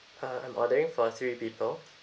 uh I'm ordering for three people